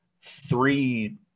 three